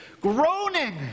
groaning